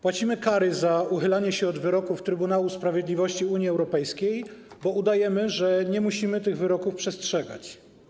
Płacimy kary za uchylanie się od wyroków Trybunału Sprawiedliwości Unii Europejskiej, bo udajemy, że nie musimy tych wyroków przestrzegać.